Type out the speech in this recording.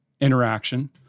interaction